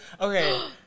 Okay